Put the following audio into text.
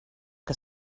que